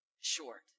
short